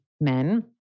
Men